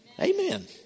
Amen